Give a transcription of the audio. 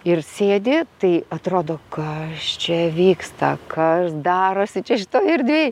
ir sėdi tai atrodo kas čia vyksta kas darosi čia šitoj erdvėj